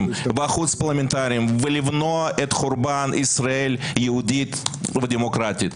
והחוץ-פרלמנטריים ולמנוע את חורבן ישראל יהודית ודמוקרטית.